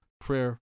prayer